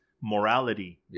morality